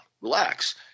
Relax